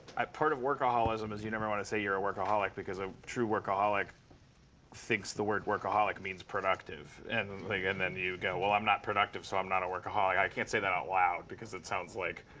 part of workaholism is you never want to say you're a workaholic. because a true workaholic thinks the word workaholic means productive. and like and then you go, well, i'm not productive, so i'm not a workaholic. i can't say that out loud, because it sounds like